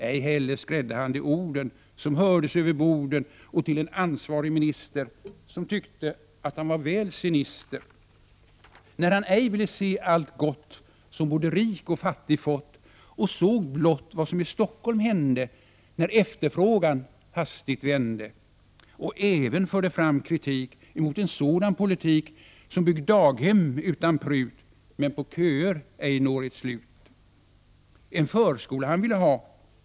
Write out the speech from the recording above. Ej heller skrädde han de orden som hördes över borden och till en ansvarig minister som tyckte han var väl sinister när han ej ville se allt gott som både rik och fattig fått och såg blott vad i Stockholm hände när efterfrågan hastigt vände. Och även förde fram kritik emot en sådan politik som bygger daghem utan prut men ej på köer når ett slut. En förskola han ville ha!